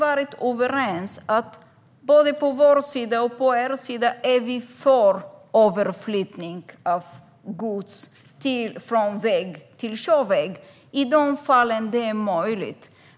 Både er och vår sida har då varit överens om överflyttning av gods från väg till sjöväg i de fall där det är möjligt.